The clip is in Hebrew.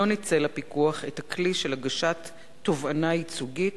לא ניצל הפיקוח את הכלי של הגשת תובענה ייצוגית